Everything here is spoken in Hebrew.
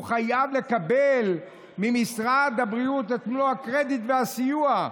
הוא חייב לקבל ממשרד הבריאות את מלוא הקרדיט והסיוע,